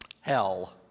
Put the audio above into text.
hell